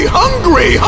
hungry